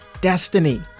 destiny